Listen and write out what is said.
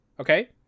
Okay